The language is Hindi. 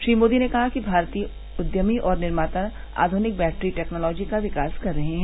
श्री मोदी ने कहा कि भारतीय उद्यमी और निर्माता आधुनिक बैटरी टेक्नॉलोजी का विकास कर रहे हैं